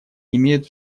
имеют